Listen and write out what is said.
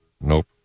Nope